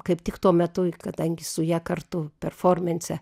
kaip tik tuo metu kadangi su ja kartu performense